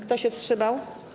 Kto się wstrzymał?